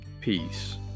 peace